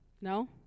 No